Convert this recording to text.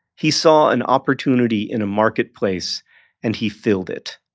he saw an opportunity in a marketplace and he filled it.